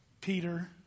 Peter